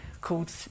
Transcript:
called